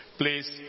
Please